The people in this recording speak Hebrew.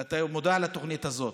ואתה מודע לתוכנית הזאת,